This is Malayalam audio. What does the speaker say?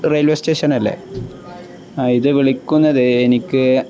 റെയിൽവേ സ്റ്റേഷൻ അല്ലേ ആ ഇത് വിളിക്കുന്നത് എനിക്ക്